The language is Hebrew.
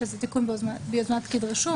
שזה תיקון ביוזמת פקיד רישום,